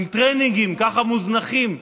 עם טרנינגים, ככה מוזנחים,